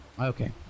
Okay